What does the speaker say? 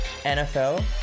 NFL